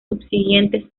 subsiguientes